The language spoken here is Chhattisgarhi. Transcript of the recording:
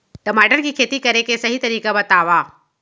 टमाटर की खेती करे के सही तरीका बतावा?